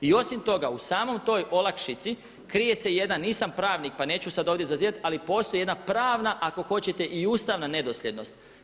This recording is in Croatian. I osim toga u samoj toj olakšici krije se jedan nisam pravnik pa neću sad ovdje zazivat, ali postoji jedna pravna ako hoćete i ustavna nedosljednost.